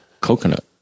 Coconut